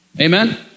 Amen